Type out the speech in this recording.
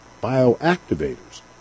bioactivators